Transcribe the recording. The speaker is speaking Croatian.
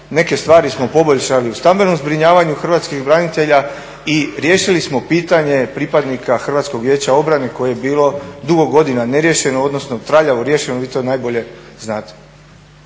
Neke stvari smo poboljšali u stambenom zbrinjavanju hrvatskih branitelja i riješili smo pitanje pripadnika Hrvatskog vijeća obrane koje je bilo dugo godina neriješeno, odnosno traljavo riješeno, vi to najbolje znate.